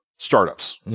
Startups